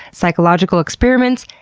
psychological experiments,